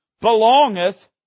belongeth